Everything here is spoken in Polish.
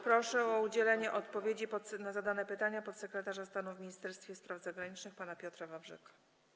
Proszę o udzielenie odpowiedzi na zadane pytania podsekretarza stanu w Ministerstwie Spraw Zagranicznych pana Piotra Wawrzyka.